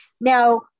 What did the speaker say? Now